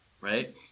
right